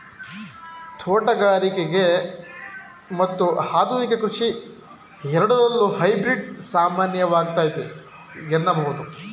ತೋಟಗಾರಿಕೆ ಮತ್ತು ಆಧುನಿಕ ಕೃಷಿ ಎರಡರಲ್ಲೂ ಹೈಬ್ರಿಡ್ ಸಾಮಾನ್ಯವಾಗೈತೆ ಎನ್ನಬಹುದು